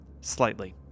slightly